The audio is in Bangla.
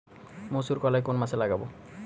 মুসুর কলাই কোন মাসে লাগাব?